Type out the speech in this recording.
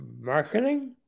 marketing